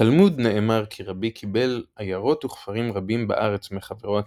בתלמוד נאמר כי רבי קיבל עיירות וכפרים רבים בארץ מחברו הקיסר,